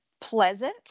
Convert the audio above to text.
pleasant